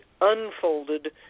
unfolded